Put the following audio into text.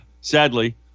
Sadly